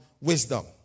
wisdom